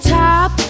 top